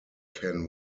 can